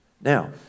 Now